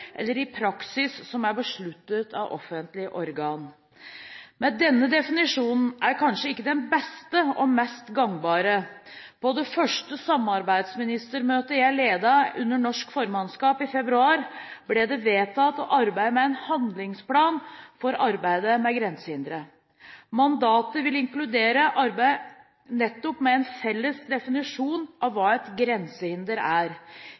eller praksis som er besluttet av offentlige organer. Men denne definisjonen er kanskje ikke den beste og mest gangbare. På det første samarbeidsministermøtet jeg ledet under norsk formannskap i februar, ble det vedtatt å arbeide med en handlingsplan for arbeidet med grensehindre. Mandatet vil inkludere arbeid nettopp med en felles definisjon av hva et grensehinder er,